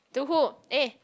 to who eh